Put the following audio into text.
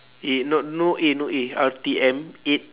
A not no A no A R_T_M eight